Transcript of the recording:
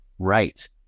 right